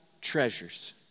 treasures